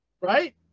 right